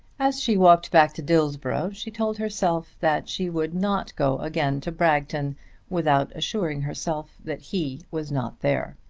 as she walked back to dillsborough she told herself that she would not go again to bragton without assuring herself that he was not there.